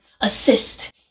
assist